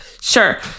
sure